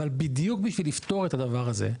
אבל בדיוק בשביל לפתור את הדבר הזה,